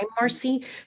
Marcy